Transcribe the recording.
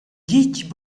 ditg